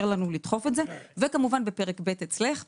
לנו לדחוף את זה וכמובן בפרק ב' אצלך בתקנות.